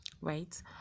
right